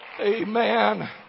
Amen